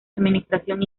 administración